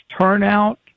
turnout